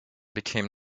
became